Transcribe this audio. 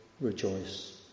rejoice